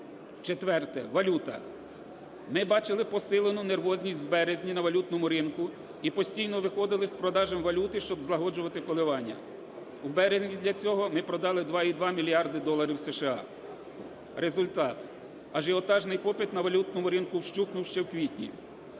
Четверте. Валюта. Ми бачили посилену нервозність в березні на валютному ринку і постійно виходили з продажем валюти, щоб злагоджувати коливання. В березні для цього ми продали 2,2 мільярди доларів США. Результат – ажіотажний попит на валютному ринку вщух ще в квітні.